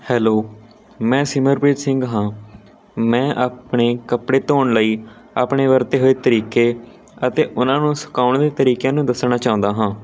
hello ਮੈਂ ਸਿਮਰਪ੍ਰੀਤ ਸਿੰਘ ਹਾਂ ਮੈਂ ਆਪਣੇ ਕੱਪੜੇ ਧੋਣ ਲਈ ਆਪਣੇ ਵਰਤੇ ਹੋਏ ਤਰੀਕੇ ਅਤੇ ਉਹਨਾਂ ਨੂੰ ਸਕਾਉਣ ਦੇ ਤਰੀਕਿਆਂ ਨੂੰ ਦੱਸਣਾ ਚਾਹੁੰਦਾ ਹਾਂ